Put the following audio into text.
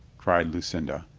cried lucinda.